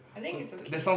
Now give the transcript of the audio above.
I think it's okay